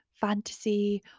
fantasy